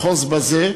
אחוז בזה,